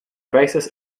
basis